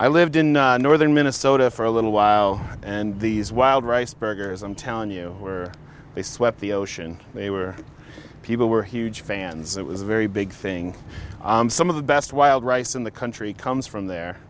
i lived in northern minnesota for a little while and these wild rice burgers i'm telling you were they swept the ocean they were people were huge fans it was a very big thing some of the best wild rice in the country comes from there